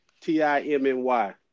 T-I-M-N-Y